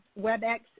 WebEx